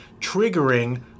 triggering